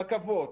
רכבות